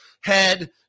head